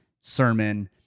Sermon